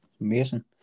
amazing